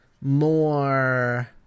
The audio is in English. more